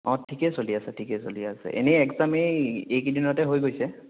অ' ঠিকে চলি আছে ঠিকে চলি আছে এনে একজাম এই এই কেইদিনতে হৈ গৈছে